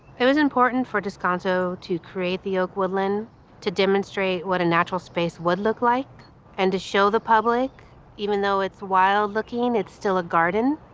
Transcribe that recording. it was important for descanso to create the oak woodland to demonstrate what a natural space would look like and to show the public even though it's wild looking, it's still a garden.